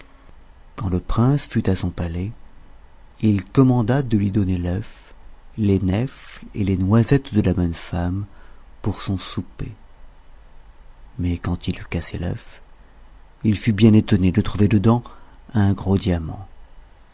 quand le prince fut à son palais il commanda de lui donner l'œuf les nèfles et les noisettes de la bonne femme pour son souper mais quand il eut cassé l'œuf il fut bien étonné de trouver dedans un gros diamant